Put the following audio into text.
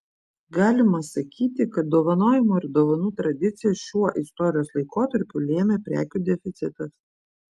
galima sakyti kad dovanojimo ir dovanų tradicijas šiuo istorijos laikotarpiu lėmė prekių deficitas